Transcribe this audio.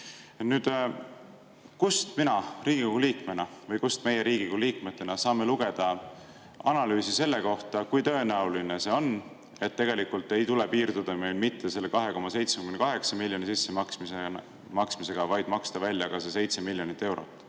Kust mina Riigikogu liikmena saan või kust meie Riigikogu liikmetena saame lugeda analüüsi selle kohta, kui tõenäoline see on, et tegelikult ei tule meil piirduda mitte selle 2,78 miljoni sissemaksmisega, vaid tuleb maksta välja ka see 7 miljonit eurot?